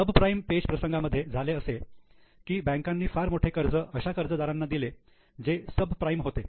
subprime पेचप्रसंगांमध्ये झाले असे होते की बँकांनी फार मोठे कर्ज अशा कर्जदारांना दिले जे सबप्राईम होते